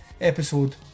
episode